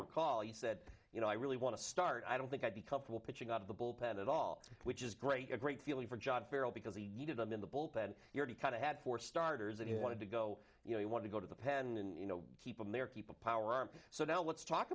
recall you said you know i really want to start i don't think i'd be comfortable pitching out of the bullpen at all which is great a great feeling for john farrell because he needed them in the bullpen you're the kind of had for starters and he wanted to go you know you want to go to the pen and you know keep him there keep a power arm so now let's talk